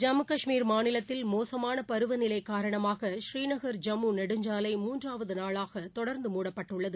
ஜம்மு காஷ்மீர் மாநிலத்தில் மோசமான பருவநிலை காரணமாக ஸ்ரீநகர் ஜம்மு நெடுஞ்சாலை மூன்றாவது நாளாக தொடர்ந்து மூடப்பட்டுள்ளது